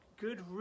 good